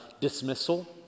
dismissal